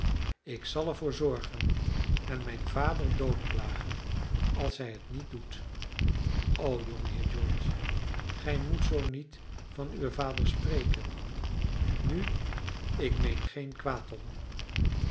ik zal er voor zorgen en mijn vader doodplagen als hij het niet doet o jongeheer george gij moet zoo niet van uwen vader spreken nu ik meen geen kwaad tom